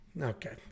Okay